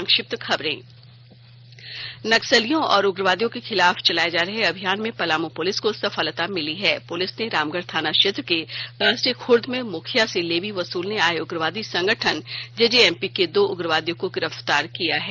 संक्षिप्त खबरें नक्सलियों और उग्रवादियों के खिलाफ चलाए जा रहे अभियान में पलामू पुलिस को सफलता मिली है पुलिस ने रामगढ़ थाना क्षेत्र के बांसडीह खुर्द में मुखिया से लेवी वसूलने आए उग्रवादी संगठन जेजेएमपी के दो उग्रवादियों को गिरफ्तार किया है